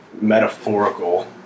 metaphorical